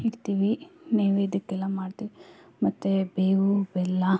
ಇಡ್ತಿವಿ ನೈವೇದ್ಯಕ್ಕೆಲ್ಲ ಮಾಡ್ತೀವಿ ಮತ್ತು ಬೇವು ಬೆಲ್ಲ